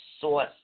source